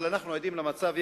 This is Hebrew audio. אבל אנחנו עדים למצב,